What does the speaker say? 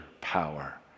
power